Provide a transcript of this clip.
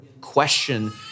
question